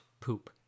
poop